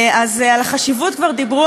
על החשיבות כבר דיברו,